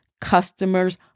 customers